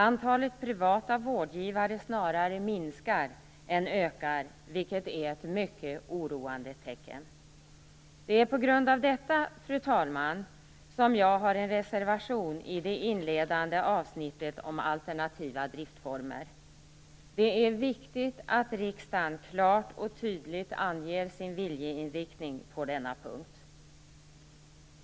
Antalet privata vårdgivare minskar snarare än ökar, vilket är ett mycket oroande tecken. Det är på grund av detta som jag har en reservation avseende det inledande avsnittet om alternativa driftsformer. Det är viktigt att riksdagen klart och tydligt anger sin viljeinriktning på denna punkt.